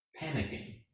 panicking